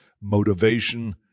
motivation